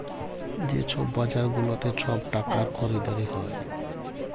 যে ছব বাজার গুলাতে ছব টাকার খরিদারি হ্যয়